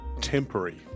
temporary